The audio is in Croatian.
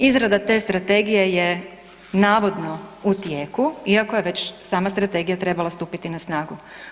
Izrada te strategije je navodno u tijeku iako je već sama strategija trebala stupiti na snagu.